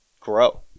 grow